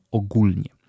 ogólnie